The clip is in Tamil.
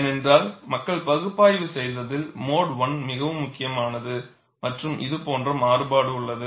ஏனென்றால் மக்கள் பகுப்பாய்வு செய்ததில் மோடு 1 மிகவும் முக்கியமானது மற்றும் இது போன்ற மாறுபாடு உள்ளது